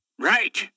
Right